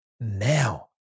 Now